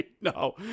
No